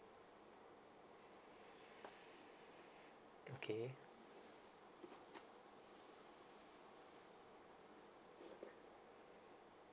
okay